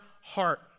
heart